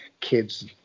kids